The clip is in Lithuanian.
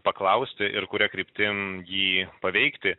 paklausti ir kuria kryptim jį paveikti